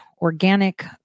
organic